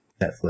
Netflix